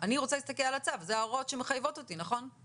האם ההבחנה הזאת רלוונטית באותו מקרה או שהיא לא רלוונטית באותו מקרה.